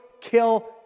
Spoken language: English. kill